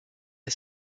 est